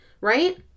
Right